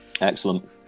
Excellent